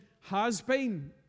has-been